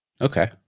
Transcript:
Okay